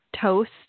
toast